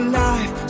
life